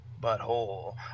butthole